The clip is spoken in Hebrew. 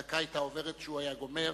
הדקה היתה עוברת כשהוא היה גומר,